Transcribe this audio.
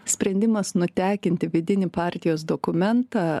sprendimas nutekinti vidinį partijos dokumentą